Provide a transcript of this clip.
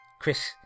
Chris